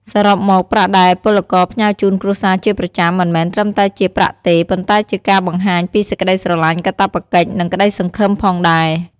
សរុបមក ប្រាក់ដែលពលករផ្ញើជូនគ្រួសារជាប្រចាំមិនមែនត្រឹមតែជាប្រាក់ទេ ប៉ុន្តែជាការបង្ហាញពីសេចក្តីស្រលាញ់ កាតព្វកិច្ច និងក្ដីសង្ឃឹមផងដែរ។